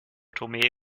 tomé